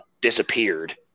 disappeared